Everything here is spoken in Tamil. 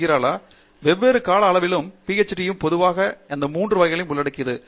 டங்கிராலா வெவ்வேறு கால அளவிலும் PhD யும் பொதுவாக இந்த மூன்று வகைகளையும் உள்ளடக்கியது